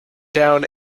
down